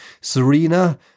Serena